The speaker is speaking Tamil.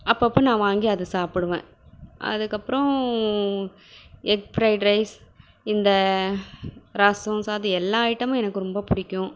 அப்பப்போ நான் வாங்கி அதை சாப்பிடுவேன் அதுக்கப்புறம் எக் ஃப்ரைட் ரைஸ் இந்த ரசம் சாதம் எல்லா ஐட்டமும் எனக்கு ரொம்ப பிடிக்கும்